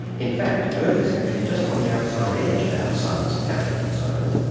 in fact, earth is actually just on the outside edge of our sun's habitable zone.